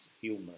humor